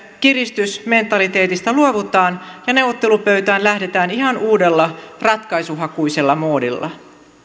kiristysmentaliteetista luovutaan ja neuvottelupöytään lähdetään ihan uudella ratkaisuhakuisella moodilla